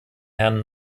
herrn